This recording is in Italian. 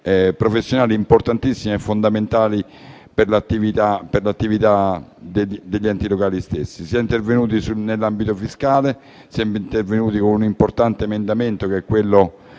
professionali, importantissime e fondamentali per l'attività degli enti locali stessi. Si è intervenuti nell'ambito fiscale. Siamo intervenuti con un importante emendamento, che è quello